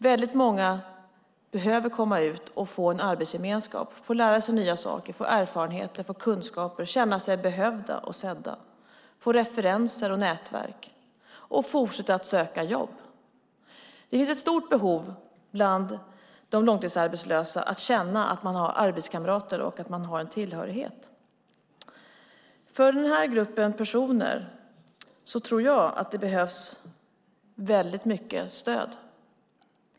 Väldigt många behöver komma ut och få en arbetsgemenskap, få lära sig nya saker, få erfarenhet, få kunskaper, känna sig behövda och sedda, få referenser och nätverk och fortsätta att söka jobb. Det finns ett stort behov bland de långtidsarbetslösa att känna att man har arbetskamrater och att man har en tillhörighet. Den här gruppen personer behöver väldigt mycket stöd.